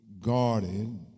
guarded